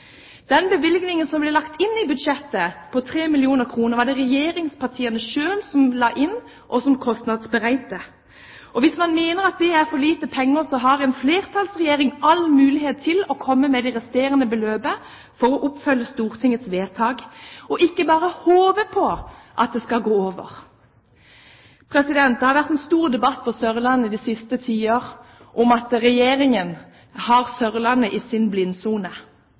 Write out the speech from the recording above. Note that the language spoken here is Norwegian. Den bevilgningen som ble lagt inn i budsjettet på 3 mill. kr, var det regjeringspartiene selv som kostnadsberegnet og la inn. Hvis man mener at det er for lite penger, har en flertallsregjering alle muligheter til å komme med det resterende beløpet for å følge opp Stortingets vedtak, ikke bare håpe på at det skal gå over. Det har vært en stor debatt på Sørlandet den siste tiden om at Regjeringen har Sørlandet i sin blindsone.